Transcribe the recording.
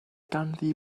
ganddi